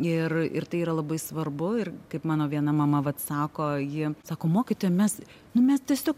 ir ir tai yra labai svarbu ir kaip mano viena mama vat sako ji sako mokytoja mes nu mes tiesiog